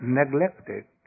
neglected